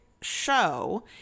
show